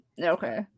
Okay